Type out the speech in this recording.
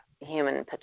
human